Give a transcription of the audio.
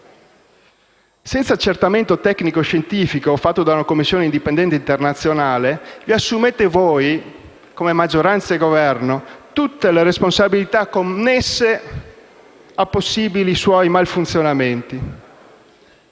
Senza accertamento tecnico-scientifico fatto da una commissione indipendente internazionale, vi assumete voi, come maggioranza e Governo, tutte le responsabilità connesse a possibili suoi malfunzionamenti.